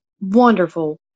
wonderful